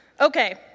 Okay